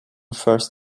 first